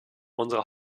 unserer